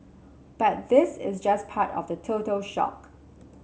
but this is just part of the total stock